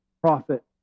prophet